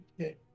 Okay